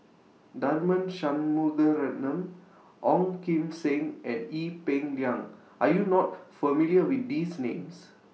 Tharman Shanmugaratnam Ong Kim Seng and Ee Peng Liang Are YOU not familiar with These Names